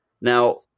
Now